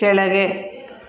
ಕೆಳಗೆ